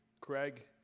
Craig